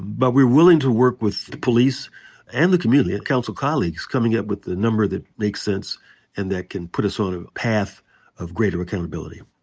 but we're willing to work with the police and the community, council colleagues, coming up with the number that makes sense and that can put us on a path of greater accountability.